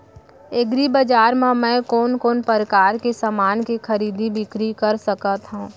एग्रीबजार मा मैं कोन कोन परकार के समान के खरीदी बिक्री कर सकत हव?